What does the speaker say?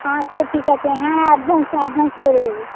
আচ্ছা ঠিক আছে হ্যাঁ হ্যাঁ অ্যাডভান্স অ্যাডভান্স করে দেবো